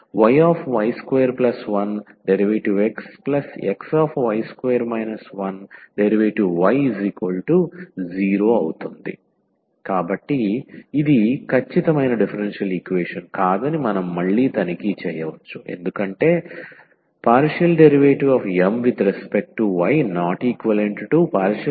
yy21dxxy2 1dy0 కాబట్టి ఇది ఖచ్చితమైన డిఫరెన్షియల్ ఈక్వేషన్ కాదని మనం మళ్ళీ తనిఖీ చేయవచ్చు ఎందుకంటే ∂M∂y∂N∂x